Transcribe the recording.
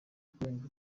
kurenga